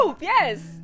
Yes